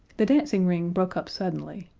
the dancing-ring broke up suddenly,